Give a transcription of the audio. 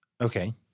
Okay